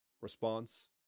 Response